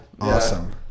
Awesome